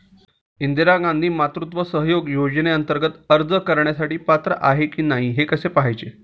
इंदिरा गांधी मातृत्व सहयोग योजनेअंतर्गत अर्ज करण्यासाठी पात्र आहे की नाही हे कसे पाहायचे?